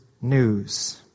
news